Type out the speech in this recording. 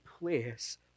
place